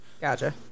Gotcha